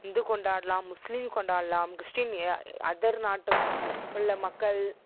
இந்து கொண்டாடலாம் முஸ்லீம் கொண்டாடலாம் கிறிஸ்ட்டின் அதர் நாட்டுக் உள்ள மக்கள்